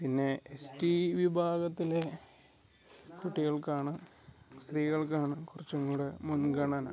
പിന്നെ എസ്റ്റി വിഭാഗത്തിലെ കുട്ടികൾക്കാണ് സ്ത്രീകൾക്കാണ് കുറച്ചും കൂടെ മുൻഗണന